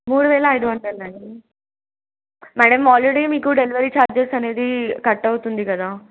మూడు వేల ఐదు వందలు అండి మేడమ్ ఆల్రెడీ మీకు డెలివరీ ఛార్జెస్ అనేది కట్ అవుతుంది కదా